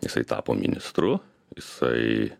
jisai tapo ministru jisai